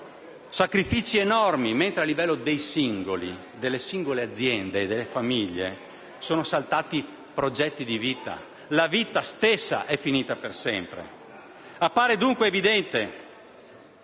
sacrifici enormi, mentre a livello dei singoli, delle singole aziende e delle famiglie, sono saltati progetti di vita e la vita stessa è finita per sempre. Appare dunque evidente